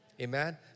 amen